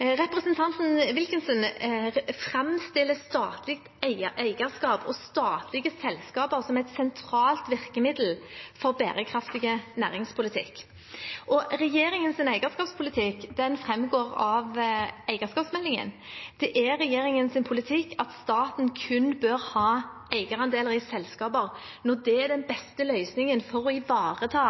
Representanten Wilkinson framstiller statlig eierskap og statlige selskaper som et sentralt virkemiddel for bærekraftig næringspolitikk. Regjeringens eierskapspolitikk framgår av eierskapsmeldingen. Det er regjeringens politikk at staten kun bør ha eierandeler i selskaper når det er den beste løsningen for å ivareta